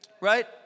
Right